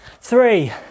Three